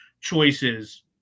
choices